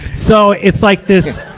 so, it's like this,